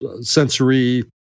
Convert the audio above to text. sensory